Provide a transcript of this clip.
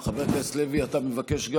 חבר הכנסת לוי, גם אתה מבקש?